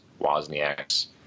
Wozniak's